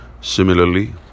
similarly